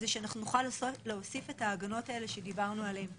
שנוכל להוסיף את ההגנות האלה שדיברנו עליהן קודם.